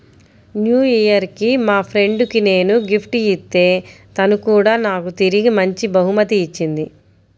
new year కి మా friend కి నేను గిఫ్ట్ ఇత్తే తను కూడా నాకు తిరిగి మంచి బహుమతి ఇచ్చింది